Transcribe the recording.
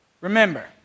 remember